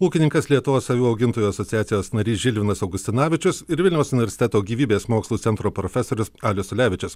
ūkininkas lietuvos avių augintojų asociacijos narys žilvinas augustinavičius ir vilniaus universiteto gyvybės mokslų centro profesorius alius ulevičius